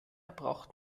braucht